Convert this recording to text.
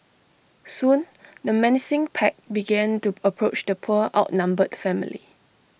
soon the menacing pack began to approach the poor outnumbered family